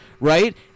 right